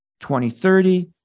2030